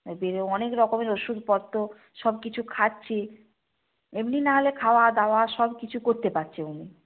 অনেক রকমের ওষুধপত্র সব কিছু খাচ্ছি এমনি না হলে খাওয়া দাওয়া সব কিছু করতে পারছে উনি